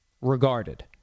regarded